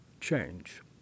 change